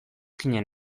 ginen